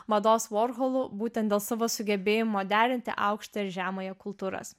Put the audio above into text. mados vorholu būtent dėl savo sugebėjimo derinti aukštą ir žemąją kultūras